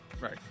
Right